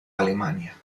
alemania